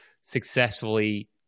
successfully